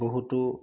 বহুতো